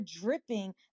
dripping